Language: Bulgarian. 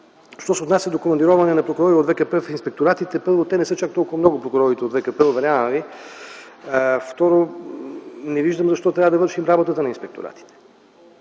Що се отнася до командироване на прокурори от ВКП в инспекторатите. Първо, не са чак толкова много прокурорите от ВКП, уверявам ви. Второ, не виждам защо трябва да вършим работата на инспекторатите.